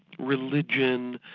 religion,